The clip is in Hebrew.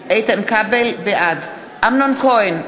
בעד אמנון כהן,